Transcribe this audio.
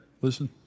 Listen